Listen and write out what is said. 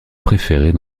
préférés